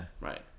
Right